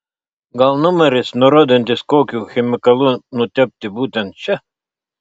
gal numeris nurodantis kokiu chemikalu nutepti būtent čia